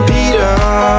Peter